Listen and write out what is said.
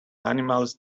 animals